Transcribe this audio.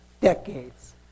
decades